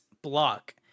Block